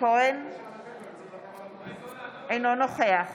אינו נוכח